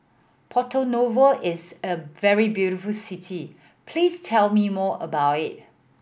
Porto Novo is a very beautiful city please tell me more about it